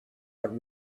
but